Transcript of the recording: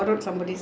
Mercedes